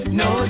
no